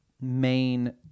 main